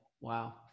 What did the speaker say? wow